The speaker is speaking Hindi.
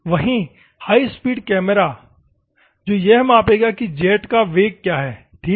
वहीं हाई स्पीड कैमरा है जो यह मापेगा कि जेट का वेग क्या है ठीक है